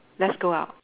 let's go out